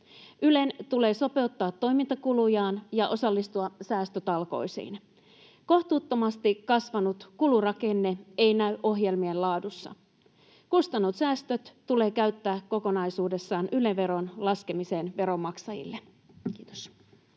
Ylen tulee sopeuttaa toimintakulujaan ja osallistua säästötalkoisiin. Kohtuuttomasti kasvanut kulurakenne ei näy ohjelmien laadussa. Kustannussäästöt tulee käyttää kokonaisuudessaan Yle-veron laskemiseen veronmaksajille. — Kiitos.